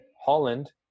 holland